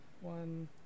one